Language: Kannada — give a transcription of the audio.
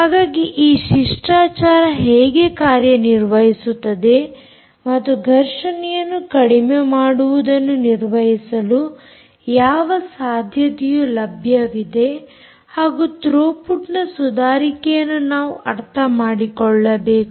ಹಾಗಾಗಿ ಈ ಶಿಷ್ಟಾಚಾರ ಹೇಗೆ ಕಾರ್ಯನಿರ್ವಹಿಸುತ್ತದೆ ಮತ್ತು ಘರ್ಷಣೆಯನ್ನು ಕಡಿಮೆ ಮಾಡುವುದನ್ನು ನಿರ್ವಹಿಸಲು ಯಾವ ಸಾಧ್ಯತೆಯು ಲಭ್ಯವಿದೆ ಹಾಗೂ ಥ್ರೋಪುಟ್ನ ಸುಧಾರಿಕೆಯನ್ನು ನಾವು ಅರ್ಥ ಮಾಡಿಕೊಳ್ಳಬೇಕು